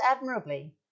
admirably